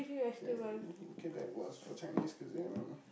k k that was for Chinese cuisine